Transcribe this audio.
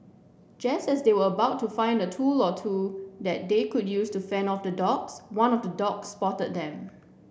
just as they were about to find a tool or two that they could use to fend off the dogs one of the dogs spotted them